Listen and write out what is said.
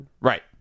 Right